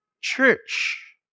church